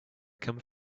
come